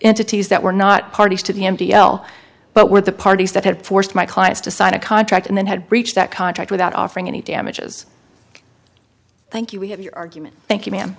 entities that were not parties to the m t l but were the parties that had forced my clients to sign a contract and then had breached that contract without offering any damages thank you we have your argument thank you ma'am